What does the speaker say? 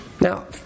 Now